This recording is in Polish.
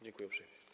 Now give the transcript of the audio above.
Dziękuję uprzejmie.